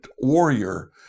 warrior